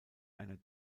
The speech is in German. einer